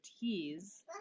tease